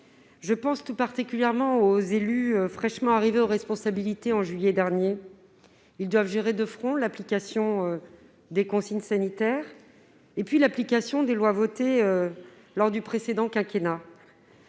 l'esprit, en particulier, les élus fraîchement arrivés aux responsabilités, en juillet dernier, qui doivent gérer de front l'application des consignes sanitaires et celle des lois votées lors du précédent quinquennat.